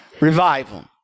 revival